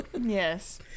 yes